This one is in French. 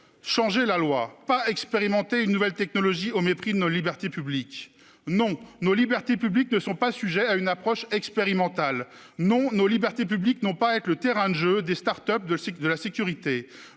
changer la loi, et non expérimenter une nouvelle technologie au mépris de nos libertés publiques. Non, nos libertés publiques ne peuvent être sujettes à une approche expérimentale ! Non, nos libertés publiques n'ont pas à être le terrain de jeu des start-ups de la sécurité